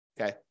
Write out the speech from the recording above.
Okay